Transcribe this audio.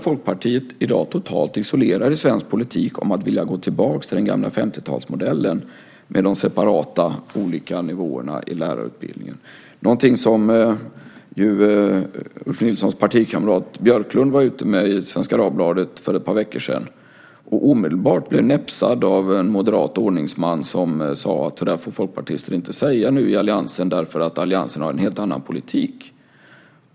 Folkpartiet är i dag totalt isolerade i svensk politik om att vilja gå tillbaka till den gamla 50-talsmodellen med de separata nivåerna i lärarutbildningen. Ulf Nilssons partikamrat Björklund skrev för ett par veckor sedan om detta i Svenska Dagbladet och blev omedelbart näpsad av en moderat ordningsman, som sade att folkpartister inte får säga det nu eftersom alliansen har en helt annan politik.